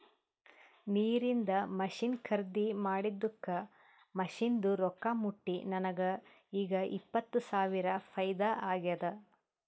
ನೀರಿಂದ್ ಮಷಿನ್ ಖರ್ದಿ ಮಾಡಿದ್ದುಕ್ ಮಷಿನ್ದು ರೊಕ್ಕಾ ಮುಟ್ಟಿ ನನಗ ಈಗ್ ಇಪ್ಪತ್ ಸಾವಿರ ಫೈದಾ ಆಗ್ಯಾದ್